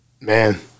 Man